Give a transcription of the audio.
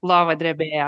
lova drebėjo